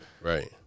Right